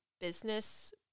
business